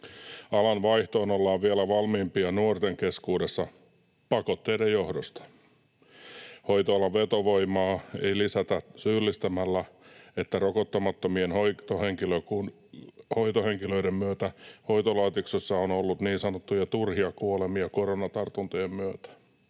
Alanvaihtoon ollaan vielä valmiimpia nuorten keskuudessa pakotteiden johdosta. Hoitoalan vetovoimaa ei lisätä syyllistämällä, että rokottamattomien hoitohenkilöiden myötä hoitolaitoksissa on ollut niin sanottuja turhia kuolemia koronatartuntojen myötä.